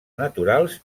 naturals